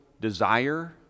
desire